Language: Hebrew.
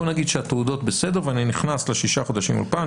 בוא נגיד שהתעודות בסדר ואני נכנס לשישה חודשים אולפן,